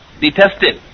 detested